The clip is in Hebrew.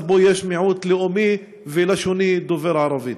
שבו יש מיעוט לאומי ולשוני דובר ערבית.